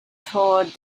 toward